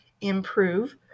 improve